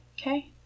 Okay